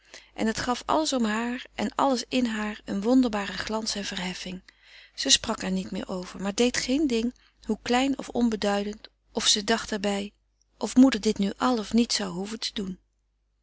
en het gaf alles om haar en alles in haar een wonderbare glans en verheffing ze sprak er niet meer over maar deed geen ding hoe klein of onbeduidend of ze dacht er bij of moeder dit nu al of niet zou hoeven te doen